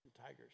tigers